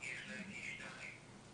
להגיד שהם